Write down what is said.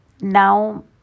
Now